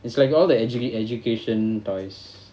it's like all the educa~ education toys